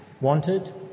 wanted